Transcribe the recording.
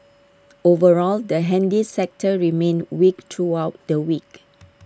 overall the handy sector remained weak throughout the week